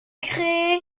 créé